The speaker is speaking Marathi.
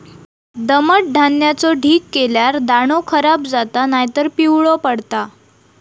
दमट धान्याचो ढीग केल्यार दाणो खराब जाता नायतर पिवळो पडता